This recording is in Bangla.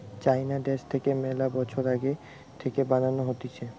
চাইনা দ্যাশ থাকে মেলা বছর আগে থাকে বানানো হতিছে